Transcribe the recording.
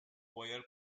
royal